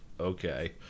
okay